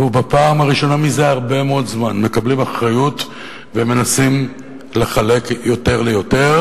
ובפעם הראשונה זה הרבה מאוד זמן מקבלים אחריות ומנסים לחלק יותר ליותר,